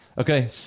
Okay